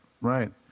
Right